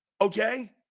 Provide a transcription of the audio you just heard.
Okay